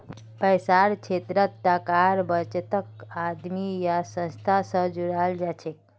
पैसार क्षेत्रत टाकार बचतक आदमी या संस्था स जोड़ाल जाछेक